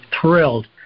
thrilled